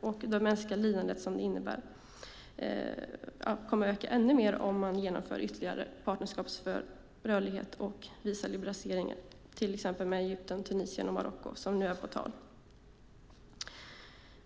och det mänskliga lidande som de innebär kommer att öka ännu mer om ytterligare partnerskap för rörlighet och visaliberaliseringar genomförs, till exempel med Egypten, Tunisien och Marocko, vilket nu är på tal.